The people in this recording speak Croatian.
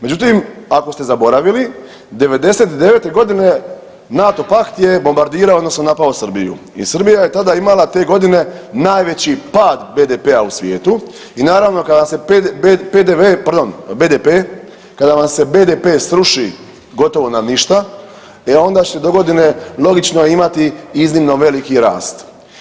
Međutim, ako ste zaboravili '99.g. NATO pakt je bombardirao odnosno napao Srbiju i Srbija je tada imala te godine najveći pad BDP-a u svijetu i naravno kada se BDP kada vam se BDP sruši gotovo na ništa e onda ćete dogodine logično imati iznimno veliki rast.